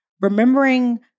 remembering